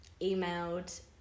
emailed